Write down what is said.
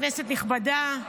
כנסת נכבדה,